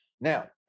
Now